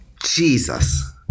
Jesus